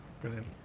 brilliant